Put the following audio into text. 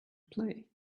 play